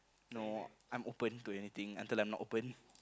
no I'm open to anything until I'm not open